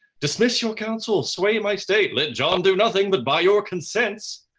dismiss your counsel, sway my state, let john do nothing but by your consents.